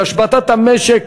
בהשבתת המשק.